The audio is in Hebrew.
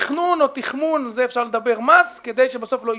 - תכנון או תחמון של מס כדי שבסוף לא ישלמו.